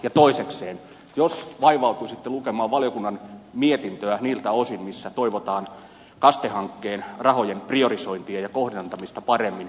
ja toisekseen voisitte vaivautua lukemaan valiokunnan mietintöä niiltä osin missä toivotaan kaste hankkeen rahojen priorisointia ja kohdentamista paremmin